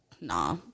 Nah